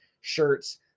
shirts